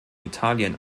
italien